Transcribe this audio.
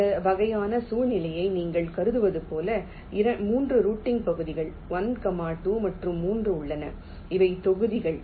இந்த வகையான சூழ்நிலையை நீங்கள் கருதுவது போல 3 ரூட்டிங் பகுதிகள் 1 2 மற்றும் 3 உள்ளன இவை தொகுதிகள்